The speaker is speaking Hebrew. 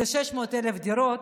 זה 600,000 דירות.